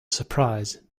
surprise